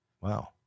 wow